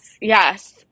Yes